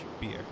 beer